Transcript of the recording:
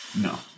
No